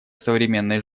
современной